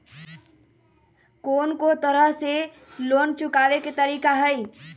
कोन को तरह से लोन चुकावे के तरीका हई?